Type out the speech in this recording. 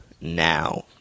now